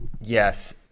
Yes